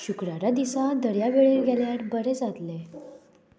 शुक्रारा दिसा दर्यावेळेर गेल्यार बरें जातलें